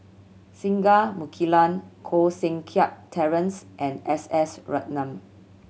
Singai Mukilan Koh Seng Kiat Terence and S S Ratnam